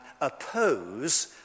oppose